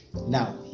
Now